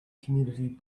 community